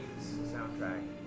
soundtrack